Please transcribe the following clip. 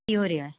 ਕੀ ਹੋ ਰਿਹਾ